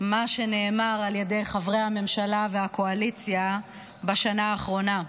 מה שנאמר על ידי חברי הממשלה והקואליציה בשנה האחרונה.